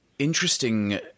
interesting